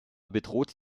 bedrohte